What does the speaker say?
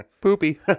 poopy